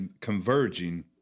converging